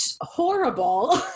horrible